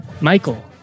Michael